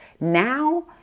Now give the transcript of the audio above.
now